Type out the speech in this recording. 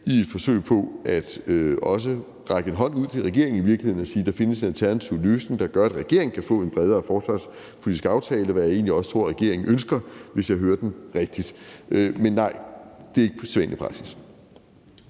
også at række en hånd ud til regeringen og sige, at der findes en alternativ løsning, der gør, at regeringen kan få en bredere forsvarspolitisk aftale, hvad jeg egentlig også tror regeringen ønsker, hvis jeg hører den rigtigt. Men nej, det er ikke sædvanlig praksis.